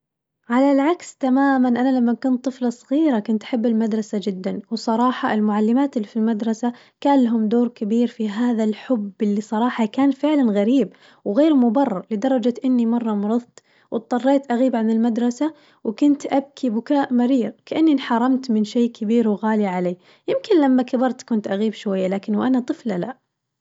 على العكس تماماً أنا لمن كنت طفلة صغيرة كنت أحب المدرسة جداً، وصراحة المعلمات اللي في المدرسة كان الهم دور كبير في هذا الحب اللي صراحة كان فعلاً غريب، وغير مبرر لدرجة إني مرة مرظت واتضطريت أغيب عن المدرسة وكنت أبكي بكاء مرير كأني انحرمت من شي كبير وغالي علي، يمكن لما كبرت كنت أغيب شوية لكن وأنا طفلة لا.